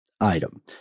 item